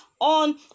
on